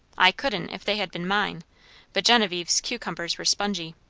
i couldn't, if they had been mine but genevieve's cucumbers were spongy.